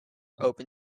open